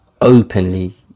openly